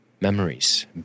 memories